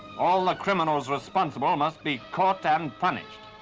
all the criminals responsible must be caught and punished.